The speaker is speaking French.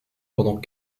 pendant